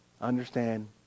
understand